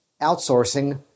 Outsourcing